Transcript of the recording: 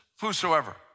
whosoever